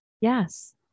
Yes